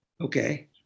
Okay